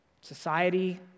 Society